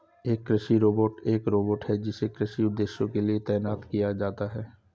एक कृषि रोबोट एक रोबोट है जिसे कृषि उद्देश्यों के लिए तैनात किया जाता है